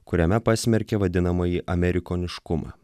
kuriame pasmerkė vadinamąjį amerikoniškumą